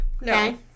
No